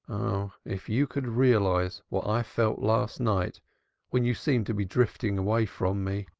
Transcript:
oh, if you could realize what i felt last night when you seemed to be drifting away from me.